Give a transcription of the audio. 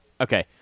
Okay